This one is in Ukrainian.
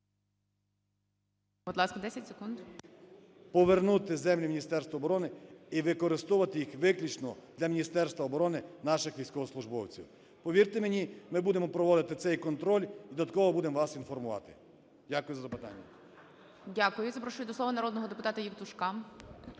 повернути землі Міністерства оборони і використовувати їх виключно для Міністерства оброни, наших військовослужбовців. Повірте мені, ми будемо проводити цей контроль і додатково будемо вас інформувати. Дякую за запитання. ГОЛОВУЮЧИЙ. Дякую. Запрошую до слова народного депутата Євтушка.